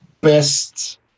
best